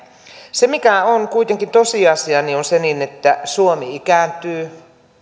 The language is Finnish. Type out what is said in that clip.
se mikä on kuitenkin tosiasia on se että suomi ikääntyy